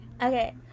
okay